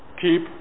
keep